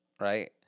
Right